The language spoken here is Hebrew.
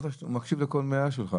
הוא מקביל לכל מילה שלך.